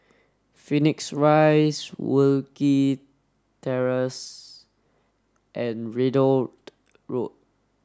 Phoenix Rise Wilkie Terrace and Ridout Road